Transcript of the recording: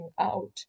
out